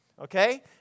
okay